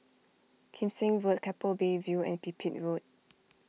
Kim Seng Road Keppel Bay View and Pipit Road